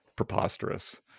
Preposterous